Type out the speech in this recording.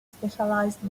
specialised